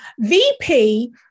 VP